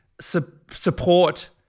support